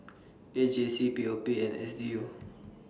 A J C P O P and S D U